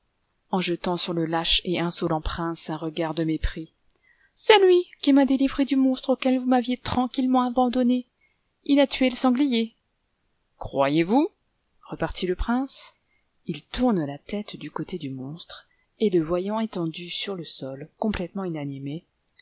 en jetant sur le lâche et insolent prince un regard de mépris c'est lui qui m'a délivrée du monstre auquel vous m'aviez tranquillement abandonnée il a tué le sanglier croyez-vous repartit le prince il tourne la tète du côté du monstre et le voyant étendu sur le sol complètement inanimé